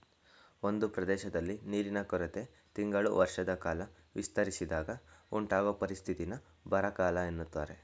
ಒಂದ್ ಪ್ರದೇಶ್ದಲ್ಲಿ ನೀರಿನ ಕೊರತೆ ತಿಂಗಳು ವರ್ಷದಕಾಲ ವಿಸ್ತರಿಸಿದಾಗ ಉಂಟಾಗೊ ಪರಿಸ್ಥಿತಿನ ಬರ ಅಂತಾರೆ